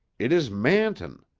it is manton!